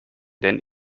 denn